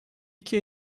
iki